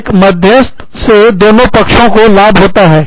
एक मध्यस्थ से दोनों पक्षों को लाभ होगा